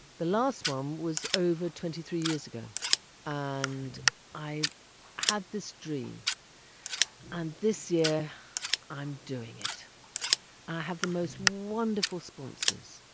the last one um was over twenty three years ago and i had this dream and this year i'm doing it i have the most wonderful sponsors.